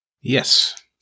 Yes